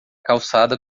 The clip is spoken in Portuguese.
calçada